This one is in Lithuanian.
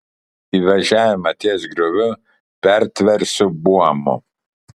įvažiavimą ties grioviu pertversiu buomu